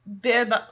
bib